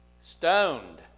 stoned